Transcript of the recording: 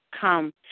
come